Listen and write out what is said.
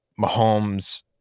Mahomes –